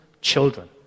children